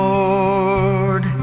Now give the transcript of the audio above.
Lord